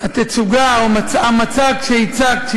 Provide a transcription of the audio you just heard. שהתצוגה או המצג שהצגת,